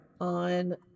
on